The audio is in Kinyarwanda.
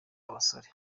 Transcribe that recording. abasore